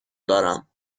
دارم